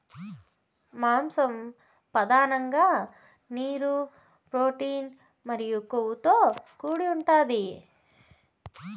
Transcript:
మాంసం పధానంగా నీరు, ప్రోటీన్ మరియు కొవ్వుతో కూడి ఉంటాది